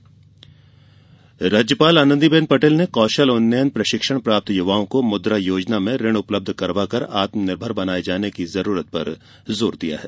राज्यपाल राज्यपाल आनंदी बेन पटेल ने कौशल उन्नयन प्रशिक्षण प्राप्त युवाओं को मुद्रा योजना में ऋण उपलब्ध करवाकर आत्मनिर्भर बनाये जाने की जरूरत पर जोर दिया है